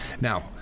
Now